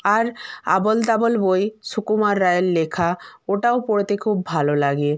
আর আবোল তাবোল বই সুকুমার রায়ের লেখা ওটাও পড়তে খুব ভালো লাগে